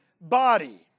body